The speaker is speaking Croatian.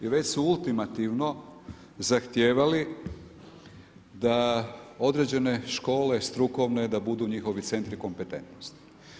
I već su ultimativno zahtijevali da određene škole, strukovne, da budu njihovi centri kompetentnosti.